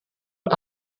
und